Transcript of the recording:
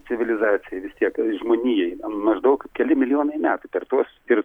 civilizacijai vis tiek žmonijai na maždaug keli milijonai metų per tuos ir